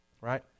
right